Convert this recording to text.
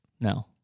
No